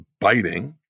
biting